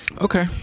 Okay